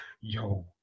Yo